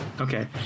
Okay